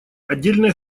отдельные